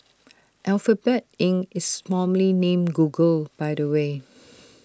Alphabet Inc is formerly named Google by the way